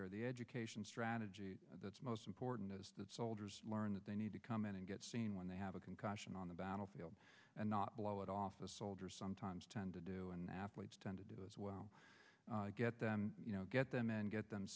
there the education strategy that's most important is that soldiers learn that they need to come in and get seen when they have a concussion on the battlefield and not blow it off a soldier sometimes tend to do and athletes tend to do as well get them get them and get them